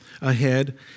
ahead